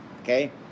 okay